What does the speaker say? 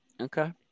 Okay